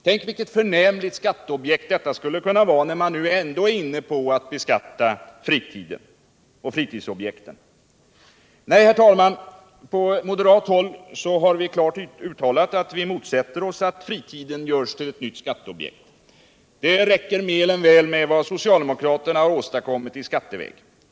Tänk vilket förnämligt skauteobjekt den skulle kunna vara, när man ändå är inne på att beskatta fritiden och fritidsobjekten. Herr talman, från moderat håll har vi klart uttalat att vi motsätter oss utt fritiden görs till ett nytt skatteobjekt. Det räcker mer än väl med vad socviuldemokraterna har åstadkommit i skatteväg.